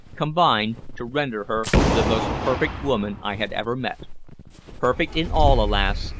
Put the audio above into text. combined to render her the most perfect woman i had ever met perfect in all, alas!